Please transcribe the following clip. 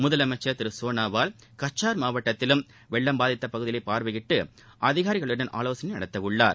முதலமைச்சர் திரு சோனாவால் கச்சார் மாவட்டத்திலும் வெள்ளம் பாதித்த பகுதிகளை பார்வையிட்டு அதிகாரிகளுடன் ஆலோசனை நடத்தவுள்ளார்